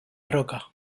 roca